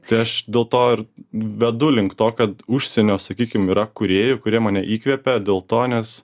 tai aš dėl to ir vedu link to kad užsienio sakykim yra kūrėjų kurie mane įkvepia dėl to nes